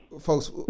folks